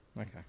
Okay